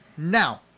Now